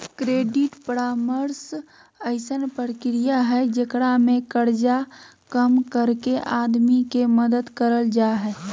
credit परामर्श अइसन प्रक्रिया हइ जेकरा में कर्जा कम करके आदमी के मदद करल जा हइ